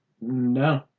No